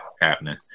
happening